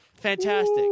fantastic